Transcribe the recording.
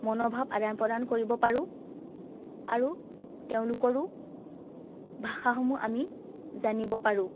মনৰ ভাৱ আদান প্ৰদান কৰিব পাৰোঁ আৰু তেওঁলোকৰো ভাষাসমূহ আমি জানিব পাৰোঁ